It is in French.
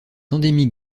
endémique